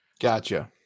Gotcha